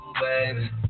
baby